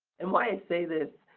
and why i say this,